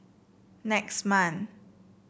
next month